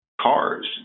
Cars